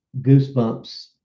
goosebumps